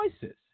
choices